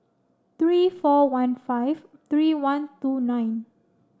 three four one five three one two nine